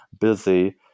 busy